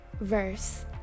verse